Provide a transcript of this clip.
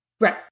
Right